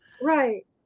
Right